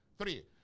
Three